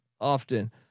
often